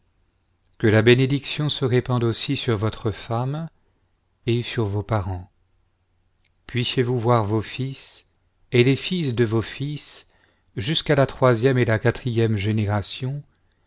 que la bénédiction se répande aussi sur votre femme et sur vos parents puissiez-vous voir vos fils et les fils de vos fils jusqu'à la troisième et la quatrième